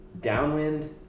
downwind